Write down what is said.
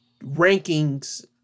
rankings